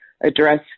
address